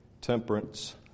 temperance